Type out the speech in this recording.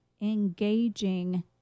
engaging